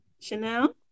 Chanel